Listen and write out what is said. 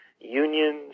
unions